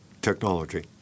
technology